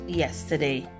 yesterday